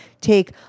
take